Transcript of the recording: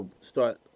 start